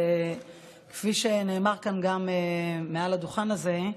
כפי שנאמר גם כאן מעל הדוכן הזה,